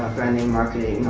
branding, marketing,